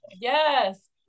yes